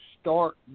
start